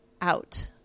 out